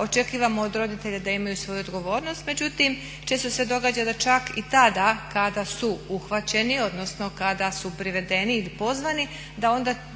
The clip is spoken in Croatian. Očekujemo od roditelja da imaju svoju odgovornost, međutim često se događa da čak i tada kada su uhvaćeni, odnosno kada su privedeni ili pozvani da onda